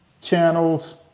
channels